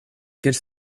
quelle